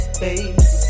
baby